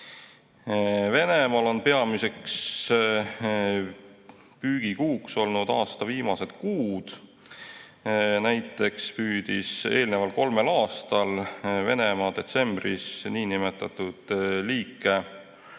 Venemaal on peamised püügikuud olnud aasta viimased kuud. Näiteks püüdis eelneval kolmel aastal Venemaa nimetatud liike